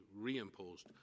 reimposed